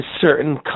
certain